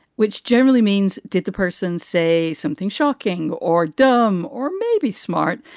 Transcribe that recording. which generally means did the person say something shocking or dumb or maybe smart,